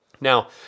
Now